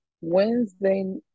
Wednesday